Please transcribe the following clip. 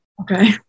Okay